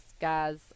guys